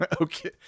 Okay